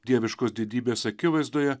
dieviškos didybės akivaizdoje